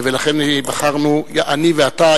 לכן בחרנו אני ואתה,